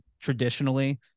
traditionally